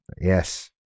Yes